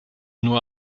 nur